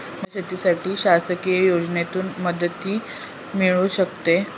मला शेतीसाठी शासकीय योजनेतून कोणतीमदत मिळू शकते?